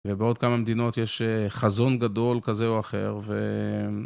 ובעוד כמה מדינות יש חזון גדול כזה או אחר ו...